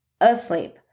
asleep